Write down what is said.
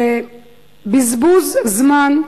זה בזבוז זמן,